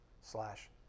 slash